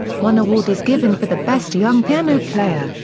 one award is given for the best young piano player,